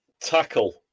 tackle